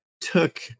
took